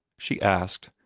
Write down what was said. she asked,